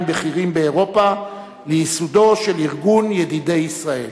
בכירים באירופה לייסודו של ארגון ידידי ישראל,